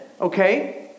Okay